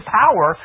power